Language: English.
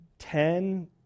Ten